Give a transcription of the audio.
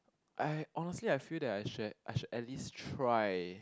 I honestly I feel that I should I should at least try